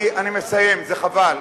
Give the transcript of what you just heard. אני מסיים, זה חבל.